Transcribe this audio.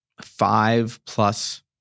five-plus